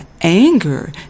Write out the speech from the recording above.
anger